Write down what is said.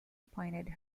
appointed